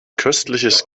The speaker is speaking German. köstliches